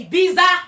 Biza